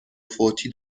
فوتی